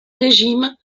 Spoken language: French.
régimes